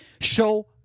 Show